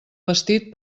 vestit